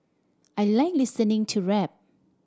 I like listening to rap